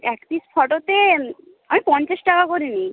এক পিস ফটোতে আমি পঞ্চাশ টাকা করে নিই